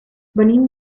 venim